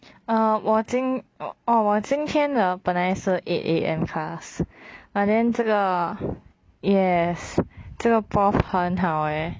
err 我今我今天的本来是 eight A_M class but then 这个 yes 这个 prof 很好 eh